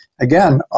Again